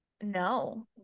no